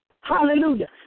Hallelujah